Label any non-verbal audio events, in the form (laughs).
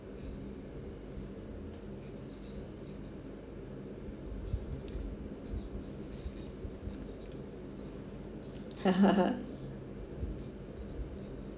(laughs)